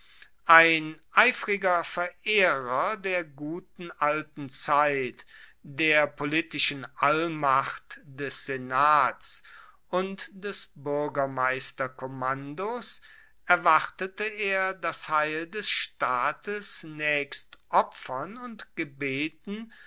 ein eifriger verehrer der guten alten zeit der politischen allmacht des senats und des buergermeisterkommandos erwartete er das heil des staates naechst opfern und gebeten